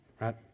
Right